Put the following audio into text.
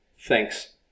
thanks